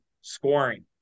scoring